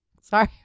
Sorry